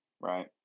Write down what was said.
right